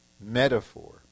metaphor